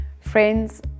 Friends